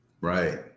Right